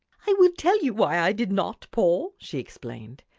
i will tell you why i did not, paul, she explained.